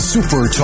Super